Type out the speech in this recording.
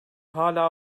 hala